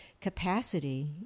Capacity